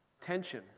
tension